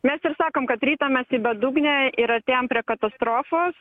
mes ir sakom kad ritamės į bedugnę ir artėjam prie katastrofos